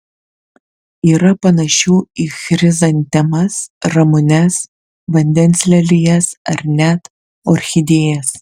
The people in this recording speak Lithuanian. yra panašių į chrizantemas ramunes vandens lelijas ar net orchidėjas